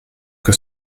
que